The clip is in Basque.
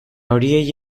horiei